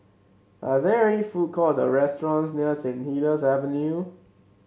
are there food courts or restaurants near Saint Helier's Avenue